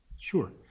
Sure